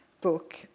book